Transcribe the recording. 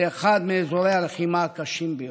לאחד מאזורי הלחימה הקשים ביותר.